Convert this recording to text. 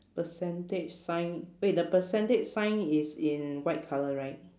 percentage sign wait the percentage sign is in white colour right